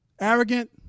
arrogant